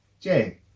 Jay